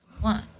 One